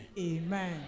Amen